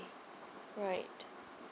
right